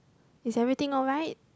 is everything alright